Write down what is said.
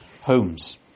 homes